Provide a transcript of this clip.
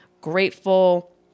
grateful